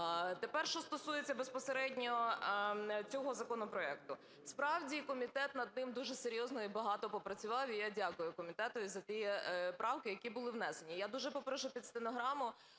Тепер що стосується безпосередньо цього законопроекту. Справді, комітет над ним дуже серйозно і багато попрацював. І я дякую комітету і за ті правки, які були внесені. Я дуже попрошу під стенограму